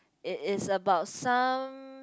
it is about some